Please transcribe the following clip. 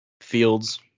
Fields